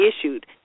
Issued